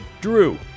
Drew